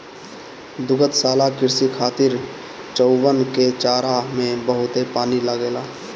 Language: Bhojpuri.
दुग्धशाला कृषि खातिर चउवन के चारा में बहुते पानी लागेला